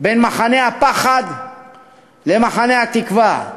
בין מחנה הפחד למחנה התקווה,